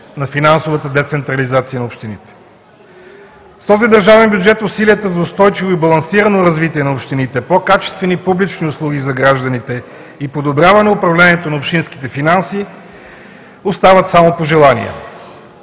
на финансовата децентрализация на общините. С този държавен бюджет усилията за устойчиво и балансирано развитие на общините, по-качествени публични услуги за гражданите и подобряване управлението на общинските финанси остават само пожелания.